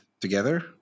together